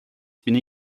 bini